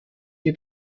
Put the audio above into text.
die